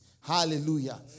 Hallelujah